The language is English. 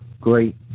Great